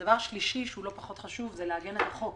ודבר שלישי, שהוא לא פחות חשוב, זה להגן על החוק